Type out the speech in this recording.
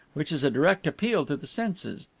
which is a direct appeal to the senses.